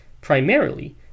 primarily